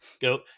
go